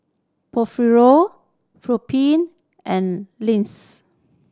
Porfirio Felipe and